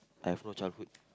I have no childhood